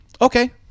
Okay